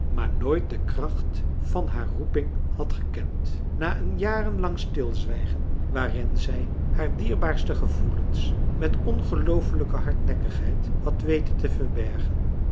maar nooit de kracht van haar roeping had gekend na een jaren lang stilzwijgen waarin zij haar dierbaarste gevoelens met ongeloofelijke hardnekkigheid had weten te verbergen